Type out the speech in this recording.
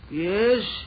Yes